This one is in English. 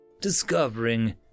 discovering